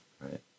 right